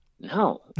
no